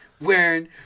wearing